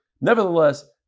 nevertheless